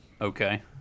Okay